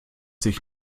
sich